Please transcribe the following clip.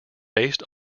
based